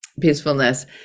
peacefulness